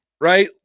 right